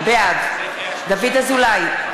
בעד דוד אזולאי,